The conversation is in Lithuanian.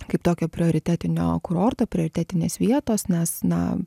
kaip tokio prioritetinio kurorto prioritetinės vietos nes na